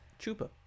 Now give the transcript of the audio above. chupa